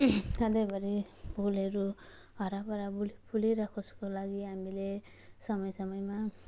सधैँभरि फुलहरू हराभरा फुलिरहेको होस् को लागि हामीले समय समयमा